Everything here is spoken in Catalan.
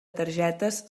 targetes